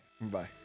bye